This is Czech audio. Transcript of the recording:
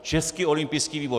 Český olympijský výbor.